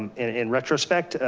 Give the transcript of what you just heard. and and in retrospect,